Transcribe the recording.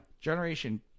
Generation